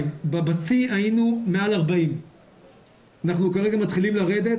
בשיא היינו מעל 40. אנחנו כרגע מתחילים לרדת,